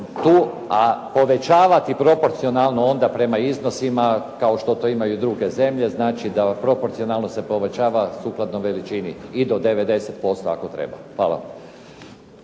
a povećavati proporcionalno onda prema iznosima kao što to imaju i druge zemlje. Znači da proporcionalno se povećava sukladno veličini i do 90% ako treba. Hvala.